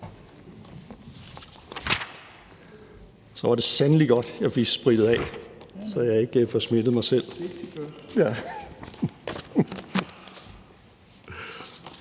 Så var det sandelig godt, at jeg fik sprittet af, så jeg ikke får smittet mig selv!